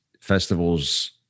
festivals